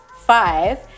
five